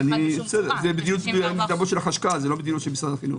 זה בדיון של החשכ"ל לא של משרד החינוך.